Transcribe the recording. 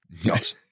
Yes